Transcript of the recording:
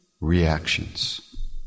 reactions